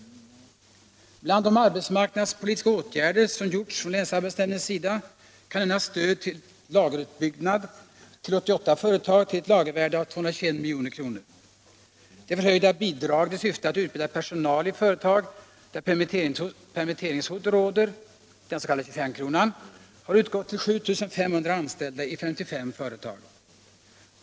Bland de arbetsmarknadspolitiska åtgärder som vidtagits från länsarbetsnämndens sida kan nämnas stöd för lagerutbyggnad till 88 företag till ett lagervärde av 221 milj.kr. Det förhöjda bidraget i syfte att utbilda personal i företag där permitteringshot råder — den s.k. 25 kronan — har utgått till 7 500 anställda i 55 företag.